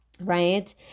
right